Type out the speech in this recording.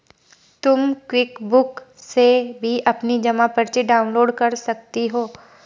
तुम क्विकबुक से भी अपनी जमा पर्ची डाउनलोड कर सकती हो